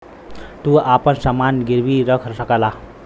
तू आपन समान गिर्वी रख सकला